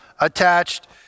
attached